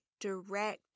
direct